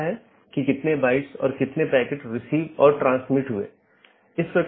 संदेश भेजे जाने के बाद BGP ट्रांसपोर्ट कनेक्शन बंद हो जाता है